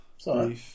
Sorry